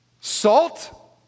Salt